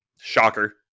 shocker